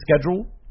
schedule